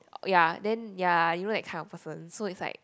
ya then ya you know that kind of person so is like